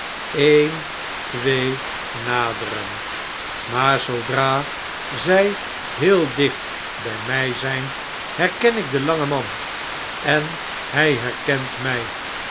een twee naderen maar zoodra zjj heel dicht bjj my zgn herken ik den langen man en hij herkent mg